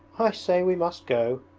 i say, we must go